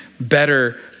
better